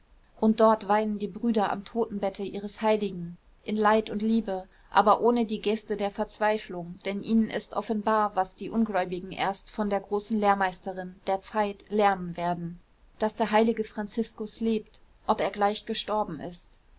und dort weinen die brüder am totenbette ihres heiligen in leid und liebe aber ohne die geste der verzweiflung denn ihnen ist offenbar was die ungläubigen erst von der großen lehrmeisterin der zeit lernen werden daß der heilige franziskus lebt ob er gleich gestorben ist